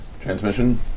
transmission